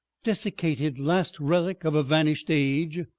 dessicated last relic of a vanished age,